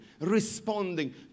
responding